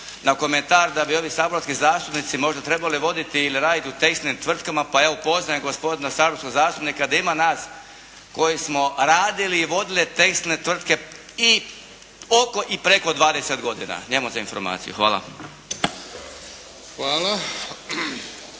na komentar da bi ovi saborski zastupnici možda trebali voditi ili raditi u tekstilnim tvrtkama, pa evo podsjećam gospodina saborskog zastupnika koji ima nas koji smo radili i vodili tekstilne tvrtke i oko i preko 20 godina, njemu za informaciju. Hvala.